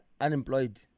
unemployed